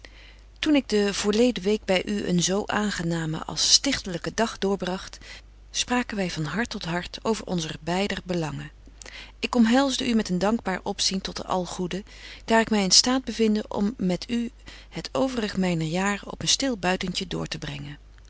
toen ik de voorleden week by u een zo aangenamen als stichtelyken dag doorbragt spraken wy van hart tot hart over onzer beider belangen ik omhelsde u met een dankbaar opzien tot den algoeden daar ik my in staat bevinde om met u het overige myner jaren op een stil buitentje door te brengen